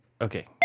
Okay